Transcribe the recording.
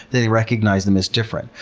they recognize them as different.